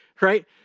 right